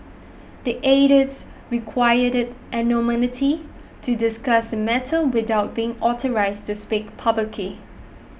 the aides requested anonymity to discuss the matter without be authorised to speak publicly